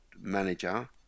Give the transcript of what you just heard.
manager